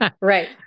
right